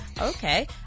Okay